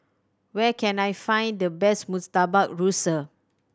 where can I find the best Murtabak Rusa